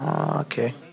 Okay